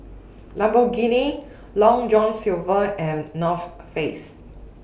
Lamborghini Long John Silver and North Face